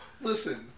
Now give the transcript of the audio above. Listen